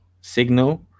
signal